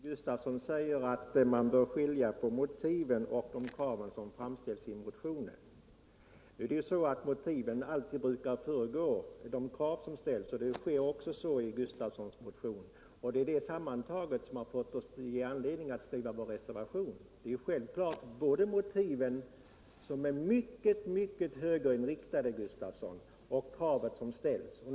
Herr talman! Wilhelm Gustafsson säger att man bör skilja mellan motiven och de krav som framställs i motionen. Men motiven brukar ju alltid föregå de krav som ställs, och så sker också i hans motion. Det är självfallet detta sammantaget — både motiven, som är mycket högerinriktade, och kravet - som har gett oss anledning att skriva vår reservation.